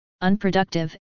unproductive